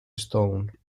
stone